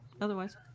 otherwise